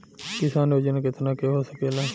किसान योजना कितना के हो सकेला?